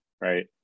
right